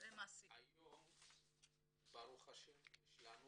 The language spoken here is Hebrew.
היום יש לנו